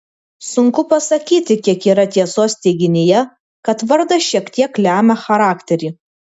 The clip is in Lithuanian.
sunku pasakyti kiek yra tiesos teiginyje kad vardas šiek tiek lemia charakterį